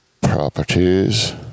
Properties